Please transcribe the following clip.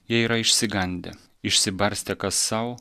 jie yra išsigandę išsibarstė kas sau